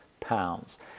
pounds